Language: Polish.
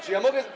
Czy ja mogę.